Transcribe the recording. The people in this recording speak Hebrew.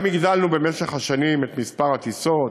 גם הגדלנו במשך השנים את מספר הטיסות